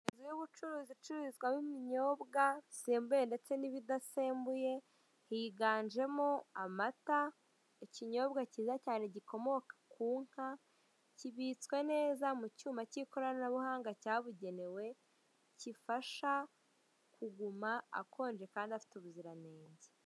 Inzu y'ubucuruzi icururizwamo ibinyobwa bisembuye ndetse n'ibidasembuye higanjemo amata, ikinyobwa cyiza cyane gikomoka ku nka kibitswe neza mu cyuma cy'ikoranabuhanga cyabugenewe kifasha kuguma akonje kandi afite ubuziranenge.